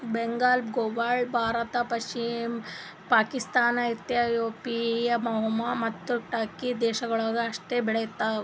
ಬೆಂಗಾಲ್ ಗ್ರಾಂಗೊಳ್ Bharat, Pakistan, Ethiopia, Burma ಮತ್ತ Turkey ದೇಶಗೊಳ್ದಾಗ್ ಅಷ್ಟೆ ಬೆಳುಸ್ತಾರ್